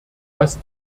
dass